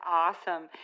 awesome